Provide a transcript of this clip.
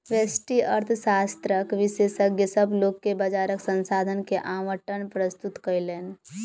व्यष्टि अर्थशास्त्रक विशेषज्ञ, सभ लोक के बजारक संसाधन के आवंटन प्रस्तुत कयलैन